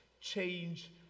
change